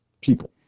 people